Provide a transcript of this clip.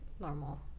normal